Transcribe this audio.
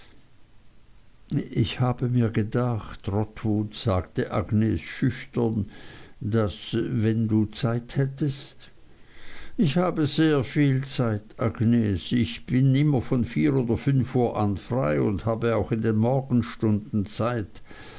ich habe mir gedacht trotwood sagte agnes schüchtern daß wenn du zeit hättest ich habe sehr viel zeit agnes ich bin immer von vier oder fünf uhr an frei und habe auch in den morgenstunden zeit